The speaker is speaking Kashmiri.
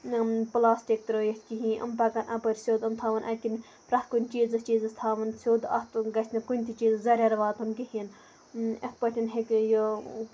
پٕلاسٹِک ترٛٲیِتھ کِہیٖنۍ یِم پَکَن اَپٲری سیوٚد یِم تھاوَن اَتِکِن پرٛٮ۪تھ کُنہِ چیٖزَس چیٖزَس تھاوان سیوٚد اَتھ کُن گژھِ نہٕ کُنہِ تہِ چیٖزَس زَرٮ۪ر واتُن کِہیٖنۍ یِتھ پٲٹھۍ ہیٚکہِ یہِ